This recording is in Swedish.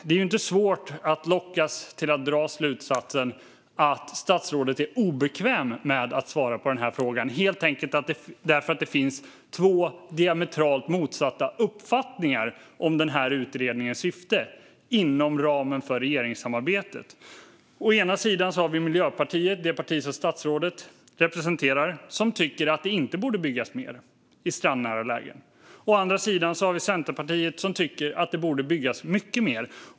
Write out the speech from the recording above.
Det är ju inte svårt att lockas att dra slutsatsen att statsrådet är obekväm med att svara på frågan helt enkelt därför att det finns två diametralt motsatta uppfattningar om syftet med den här utredningen inom ramen för regeringssamarbetet. Å ena sidan har vi Miljöpartiet, det parti som statsrådet representerar, som tycker att det inte borde byggas mer i strandnära lägen. Å andra sidan har vi Centerpartiet, som tycker att det borde byggas mycket mer.